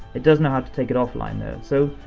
it does know how to take it offline though. so,